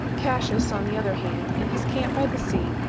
cassius, on the other hand, in his camp by the sea,